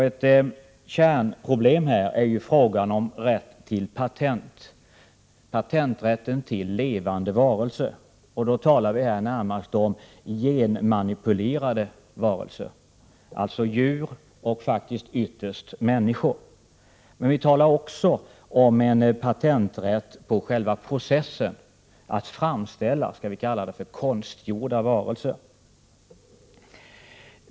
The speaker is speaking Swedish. Ett kärnproblem är frågan om rätt till patent, alltså patenträtten till levande varelser. Då talar vi närmast om genmanipulerade varelser, alltså djur och faktiskt också ytterst människor. Men vi talar också om en patenträtt på själva processen att framställa skall vi kalla det konstgjorda varelser.